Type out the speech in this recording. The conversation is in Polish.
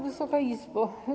Wysoka Izbo!